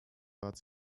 bat